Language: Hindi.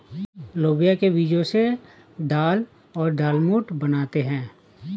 लोबिया के बीजो से दाल और दालमोट बनाते है